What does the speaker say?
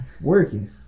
working